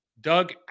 doug